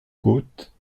côte